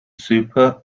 super